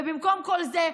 ובמקום כל זה,